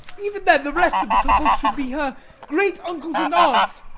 even then, the rest of the couples should be her great-uncles and aunts!